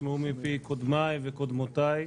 שנשמעו מפי קודמיי וקודמותיי,